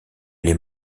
les